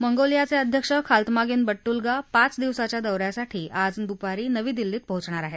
मंगोलियाचे अध्यक्ष Khaltmaagiin Battulga पाच दिवसाच्या दौ यासाठी आज दुपारी नवी दिल्ली बें पोचतील